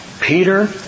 Peter